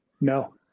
No